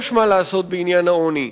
יש מה לעשות בעניין העוני.